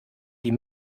die